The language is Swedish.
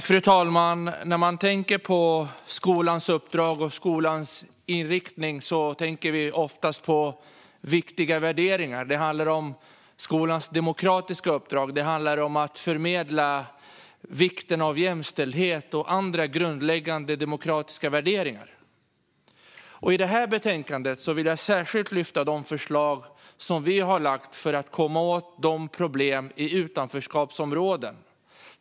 Fru talman! När vi tänker på skolans uppdrag och skolans inriktning tänker vi oftast på viktiga värderingar. Det handlar om skolans demokratiska uppdrag. Det handlar om att förmedla vikten av jämställdhet och andra grundläggande demokratiska värderingar. I det här betänkandet vill jag särskilt lyfta fram de förslag som vi har lagt fram för att komma åt problem i utanförskapsområden.